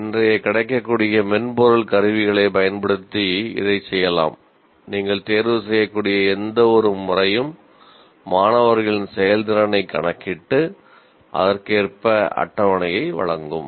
இன்றைய கிடைக்கக்கூடிய மென்பொருள் கருவிகளைப் பயன்படுத்தி இதைச் செய்யலாம் நீங்கள் தேர்வுசெய்யக்கூடிய எந்தவொரு முறையும் மாணவர்களின் செயல்திறனைக் கணக்கிட்டு அதற்கேற்ப அட்டவணையை வழங்கும்